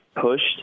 pushed